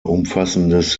umfassendes